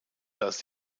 dass